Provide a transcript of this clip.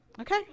Okay